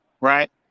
right